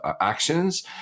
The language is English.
actions